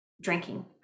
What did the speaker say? drinking